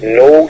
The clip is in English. no